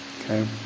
okay